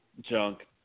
junk